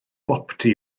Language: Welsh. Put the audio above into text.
boptu